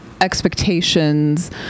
expectations